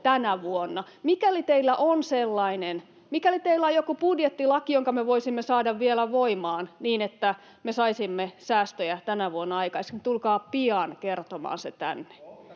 kuullaan!] Mikäli teillä on sellainen, mikäli teillä on joku budjettilaki, jonka me voisimme saada vielä voimaan niin, että me saisimme säästöjä tänä vuonna aikaisemmin, tulkaa pian kertomaan se tänne.